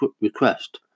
request